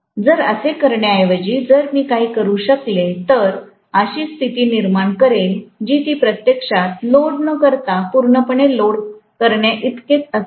तर असे करण्याऐवजी जर मी असे काही करू शकले तर अशी स्थिती निर्माण करेल जी ती प्रत्यक्षात लोड न करता पूर्ण पणे लोड करण्याइतके असेल